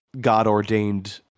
God-ordained